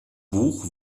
buch